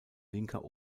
linker